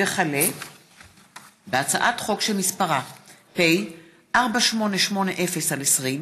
הצעת חוק הרשויות המקומיות